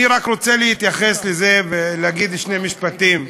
אני רק רוצה להתייחס לזה ולהגיד שני משפטים,